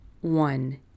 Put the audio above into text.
one